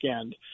end